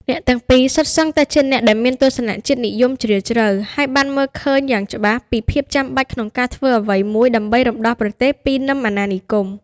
អ្នកទាំងពីរសុទ្ធសឹងតែជាអ្នកដែលមានទស្សនៈជាតិនិយមជ្រាលជ្រៅ ហើយបានមើលឃើញយ៉ាងច្បាស់ពីភាពចាំបាច់ក្នុងការធ្វើអ្វីមួយដើម្បីរំដោះប្រទេសពីនឹមអាណានិគម។